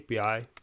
api